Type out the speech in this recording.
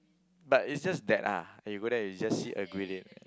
but it's just that ah you go there you just see a Guilin